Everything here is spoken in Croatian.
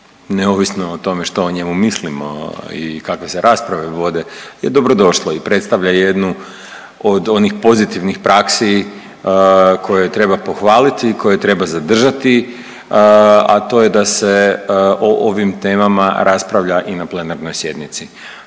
neovisno o tome što o njemu mislimo i kakve se rasprave vode je dobro došlo i predstavlja jednu od onih pozitivnih praksi koje treba pohvaliti i koje treba zadržati, a to je da se o ovim temama raspravlja i na plenarnoj sjednici,